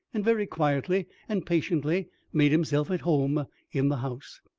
and very quietly and patiently made himself at home in the house.